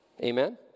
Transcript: Amen